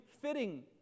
fitting